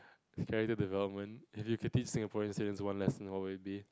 character development if you could teach Singaporeans one lesson what would it be